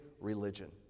religion